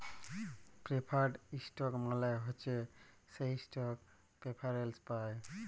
preferred stock মালে হছে সে ইস্টক প্রেফারেল্স পায়